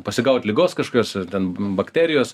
pasigaut ligos kažkokios ten bakterijos